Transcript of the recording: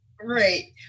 Right